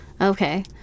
Okay